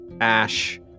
Ash